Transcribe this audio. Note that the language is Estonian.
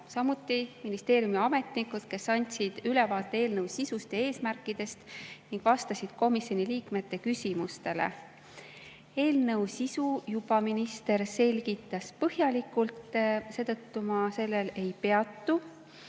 ja ministeeriumi ametnikud, kes andsid ülevaate eelnõu sisust ja eesmärkidest ning vastasid komisjoni liikmete küsimusele. Eelnõu sisu juba minister selgitas põhjalikult, seetõttu ma sellel ei peatu.